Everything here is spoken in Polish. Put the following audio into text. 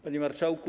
Panie Marszałku!